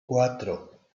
cuatro